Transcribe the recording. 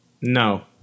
No